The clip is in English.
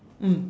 mm